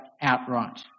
outright